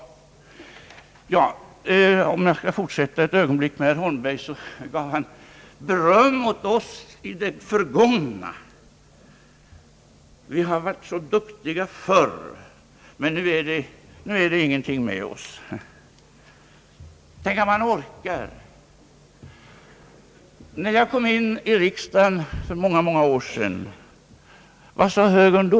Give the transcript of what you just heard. Låt mig fortsätta ett ögonblick med herr Holmberg. Han gav beröm åt oss i det förgångna. Vi har varit så duktiga förr, men nu är det ingenting med oss. Tänk att han orkar! När jag kom in i riksdagen, för många många år sedan, vad sade högern då?